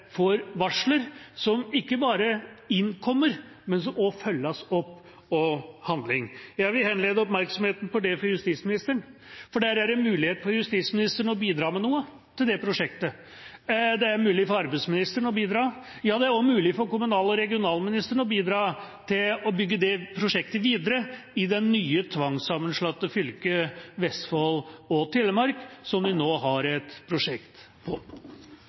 får varsler som ikke bare innkommer, men som også følges opp med handling. Jeg vil henlede oppmerksomheten mot dette for justisministeren, for det er mulig for justisministeren å bidra med noe til det prosjektet. Det er mulig for arbeidsministeren å bidra, ja, det er også mulig for kommunalministeren å bidra til å bygge det prosjektet videre i det nye tvangssammenslåtte fylket, Vestfold og Telemark, hvor vi nå har et prosjekt.